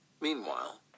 Meanwhile